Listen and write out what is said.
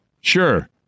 Sure